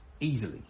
easily